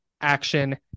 action